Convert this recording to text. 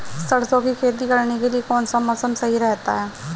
सरसों की खेती करने के लिए कौनसा मौसम सही रहता है?